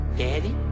Daddy